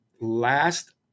last